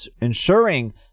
ensuring